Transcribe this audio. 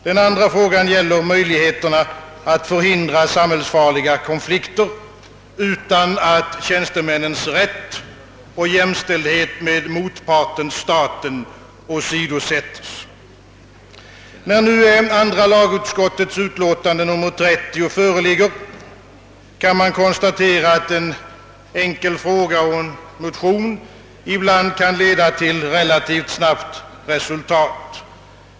Den andra punkten gäller möjligheterna att förhindra samhällsfarliga konflikter utan att tjänstemännens rätt och jämställdhet med motparten staten åsidosättes. När nu andra lagutskottets utlåtande nor 30 föreligger, kan man konstatera, att en enkel fråga och en motion ibland kan leda till relativt snabbt resultat.